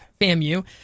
FAMU